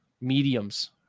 mediums